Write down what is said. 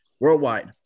worldwide